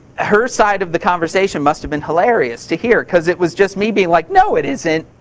her side of the conversation must have been hilarious to hear cause it was just me being like, no it isn't.